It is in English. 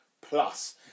plus